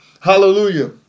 Hallelujah